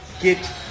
Get